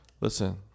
listen